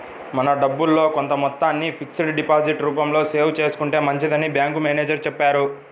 మన డబ్బుల్లో కొంత మొత్తాన్ని ఫిక్స్డ్ డిపాజిట్ రూపంలో సేవ్ చేసుకుంటే మంచిదని బ్యాంకు మేనేజరు చెప్పారు